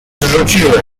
zrzuciłeś